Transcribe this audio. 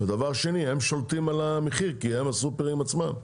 ודבר שני הם שולטים על המחיר כי הם הסופרים עצמם,